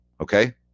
Okay